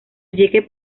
llegue